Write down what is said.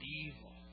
evil